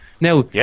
Now